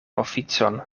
oficon